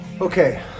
Okay